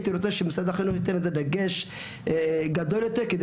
הייתי רוצה שמשרד החינוך ייתן על דגש גדול יותר כדי